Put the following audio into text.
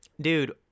dude